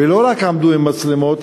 ולא רק עמדו עם מצלמות,